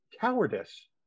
cowardice